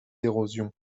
d’érosion